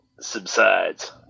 subsides